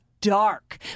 dark